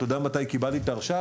אתה יודע מתי קיבלתי את ההרשאה?